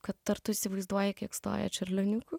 kad ar tu įsivaizduoji kiek stoja čiurlioniukų